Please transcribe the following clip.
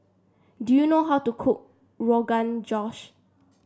do you know how to cook Rogan Josh